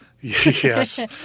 Yes